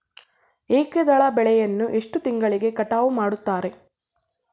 ಏಕದಳ ಬೆಳೆಯನ್ನು ಎಷ್ಟು ತಿಂಗಳಿಗೆ ಕಟಾವು ಮಾಡುತ್ತಾರೆ?